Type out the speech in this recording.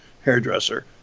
hairdresser